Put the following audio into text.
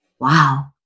wow